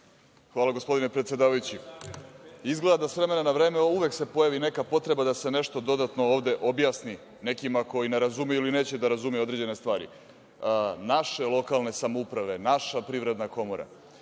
Hvala, gospodine predsedavajući. Izgleda da se, s vremena na vreme, uvek pojavi neka potreba da se nešto dodatno ovde objasni nekima koji ne razumeju ili neće da razumeju određene stvari. Naše lokalne samouprave, naša privredna komora?